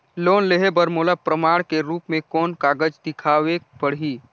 Loan लेहे बर मोला प्रमाण के रूप में कोन कागज दिखावेक पड़ही?